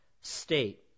state